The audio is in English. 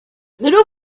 little